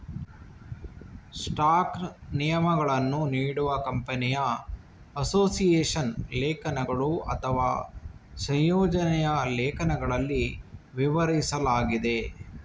ಸ್ಟಾಕ್ನ ನಿಯಮಗಳನ್ನು ನೀಡುವ ಕಂಪನಿಯ ಅಸೋಸಿಯೇಷನ್ ಲೇಖನಗಳು ಅಥವಾ ಸಂಯೋಜನೆಯ ಲೇಖನಗಳಲ್ಲಿ ವಿವರಿಸಲಾಗಿದೆ